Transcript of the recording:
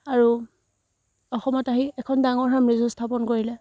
আৰু অসমত আহি এখন ডাঙৰ সাম্ৰাজ্য স্থাপন কৰিলে